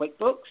QuickBooks